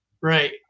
right